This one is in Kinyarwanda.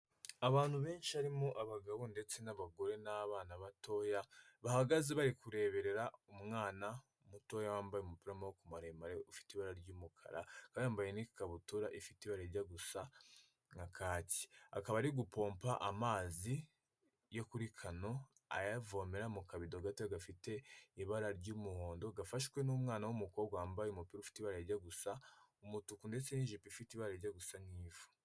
Abantu benshi harimo abagabo ndetse n'abagore n'abana batoya bahagaze bari kureberera umwana mutoya wambaye umupira w'amaboko maremare ufite ibara ry'umukara yambaye n'ikabutura ifite ibajya gusa nka kati, akaba ari gupompa amazi yo kuri kano ayavomera mu kabido gatoya gafite ibara ry'umuhondo gafashwe n'umwana w'umukobwa wambaye umupira ufite ibara rijya gusa umutuku ndetse n'jipo ifite ibara rijya gusa n'ivu.